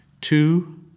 Two